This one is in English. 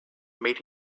made